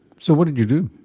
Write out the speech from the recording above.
so what did you do?